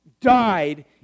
died